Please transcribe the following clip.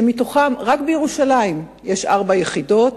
ומתוכן ארבע יחידות